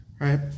right